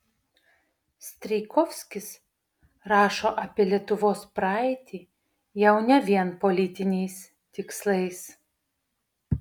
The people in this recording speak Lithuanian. strijkovskis rašo apie lietuvos praeitį jau ne vien politiniais tikslais